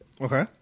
Okay